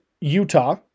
Utah